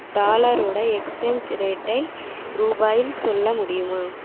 டாலரோட exchange ரேட்டை ரூபாயில் சொல்ல முடியுமா